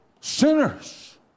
sinners